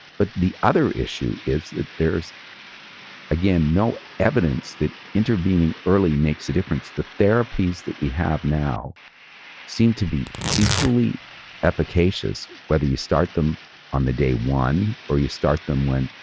but the other issue is that there's again, no evidence that intervening early makes a difference. the therapies that we have now seem to be equally efficacious. whether you start them on the day one or you start them when,